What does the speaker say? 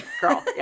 Girl